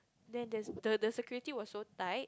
then there's the the security was so tight